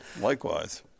likewise